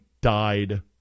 died